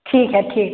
ठीक है ठीक